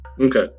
Okay